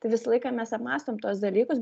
tai visą laiką mes apmąstom tuos dalykus